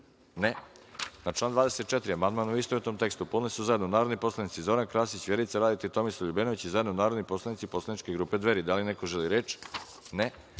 (Ne)Na član 42. amandman, u istovetnom tekstu, podneli su zajedno narodni poslanici Zoran Krasić, Vjerica Radeta i Tomislav LJubenović, i zajedno narodni poslanici Poslaničke grupe Dveri. Da li neko želi reč?